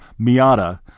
Miata